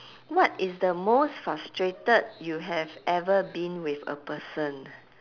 what is the most frustrated you have ever been with a person